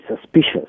suspicious